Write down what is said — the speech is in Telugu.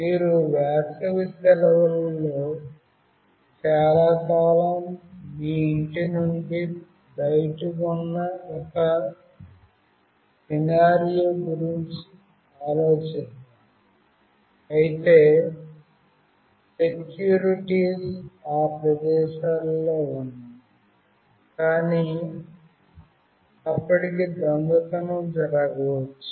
మీరు వేసవి సెలవుల్లో చాలా కాలం మీ ఇంటి నుండి బయట ఉన్న ఒక సినారియో గురించి ఆలోచిద్దాంఅయితే సెక్యూరిటీలు ఆ ప్రదేశాలలో ఉన్నాయి కాని అప్పటికి దొంగతనం జరగవచ్చు